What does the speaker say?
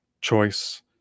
choice